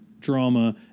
drama